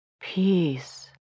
Peace